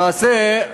למעשה,